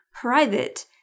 private